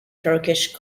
turkish